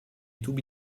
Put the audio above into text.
tubi